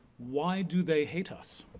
why do they hate us?